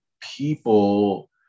people